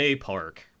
Park